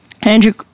Andrew